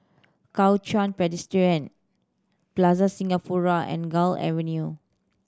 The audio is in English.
Kuo Chuan Presbyterian Plaza Singapura and Gul Avenue